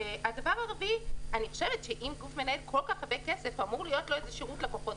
דבר רביעי אם גוף מנהל כל כך הרבה כסף אמור להיות לו שירות לקוחות,